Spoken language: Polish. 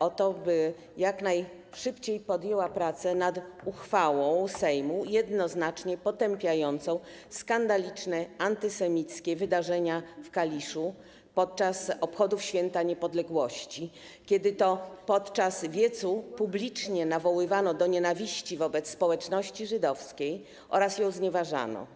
o to, by jak najszybciej podjęła prace nad uchwałą Sejmu jednoznacznie potępiającą skandaliczne, antysemickie wydarzenia w Kaliszu podczas obchodów święta niepodległości, kiedy w czasie wiecu publicznie nawoływano do nienawiści wobec społeczności żydowskiej oraz ją znieważano.